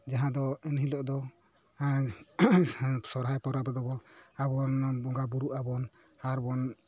ᱡᱟᱦᱟᱸ ᱫᱚ ᱮᱱ ᱦᱤᱞᱳᱜ ᱫᱚ ᱥᱚᱨᱦᱟᱭ ᱯᱚᱨᱚᱵᱽ ᱨᱮᱫᱚ ᱵᱚ ᱟᱵᱚ ᱵᱚᱱ ᱵᱚᱸᱜᱟ ᱵᱩᱨᱩᱜᱼᱟ ᱵᱚᱱ ᱟᱨᱵᱚᱱ